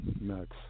nuts